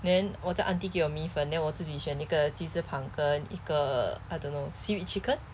then 我叫 aunty 给我米粉 then 我自己选一个鸡翅膀跟一个 I don't know seaweed chicken